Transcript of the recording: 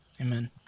Amen